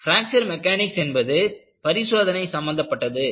fracture mechanics என்பது பரிசோதனை சம்பந்தப்பட்டது